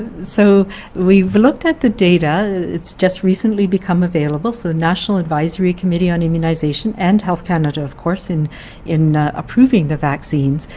so we've looked at the data. it's just recently become available. so the national advisory committee on immunization and health canada, of course, in in approving the vaccines,